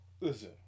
Listen